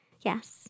Yes